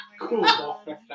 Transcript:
Cool